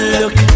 look